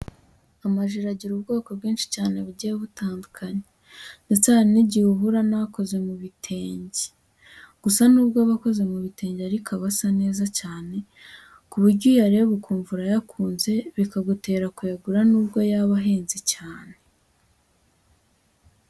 Amajire agira ubwoko bwinshi cyane bugiye butandukanye ndetse hari n'igihe uhura n'akoze mu bitenge. Gusa nubwo aba akoze mu bitenge ariko aba asa neza cyane ku buryo uyareba ukumva urayakunze bikagutera kuyagura nubwo yaba ahenze cyane.